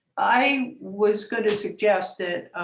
i was going to suggest that